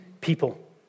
people